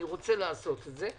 אני רוצה לעשות את זה.